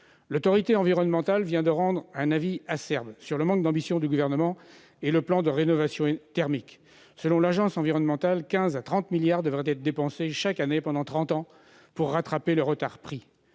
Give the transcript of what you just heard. L'Autorité environnementale vient de rendre un avis acerbe sur le manque d'ambition du Gouvernement s'agissant du plan de rénovation thermique. Selon cette instance, 15 milliards à 30 milliards d'euros devraient être dépensés chaque année pendant trente ans pour rattraper le retard pris.